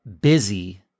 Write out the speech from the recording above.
busy